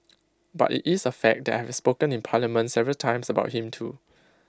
but IT is A fact that I have spoken in parliament several times about him too